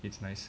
it's nice